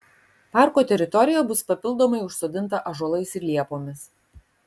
parko teritorija bus papildomai užsodinta ąžuolais ir liepomis